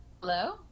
Hello